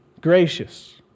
gracious